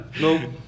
No